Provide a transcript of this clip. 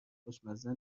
خوشمزه